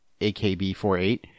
AKB48